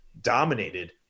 dominated